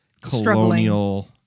colonial